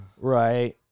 Right